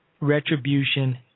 retribution